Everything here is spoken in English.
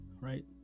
right